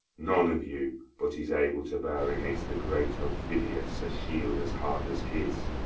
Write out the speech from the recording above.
none of you but is able to bear against the great aufidius a shield as hard as his.